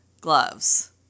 gloves